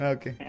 Okay